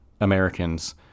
Americans